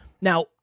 Now